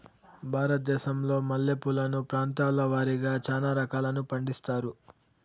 భారతదేశంలో మల్లె పూలను ప్రాంతాల వారిగా చానా రకాలను పండిస్తారు